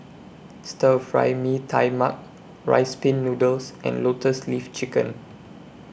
Stir Fry Mee Tai Mak Rice Pin Noodles and Lotus Leaf Chicken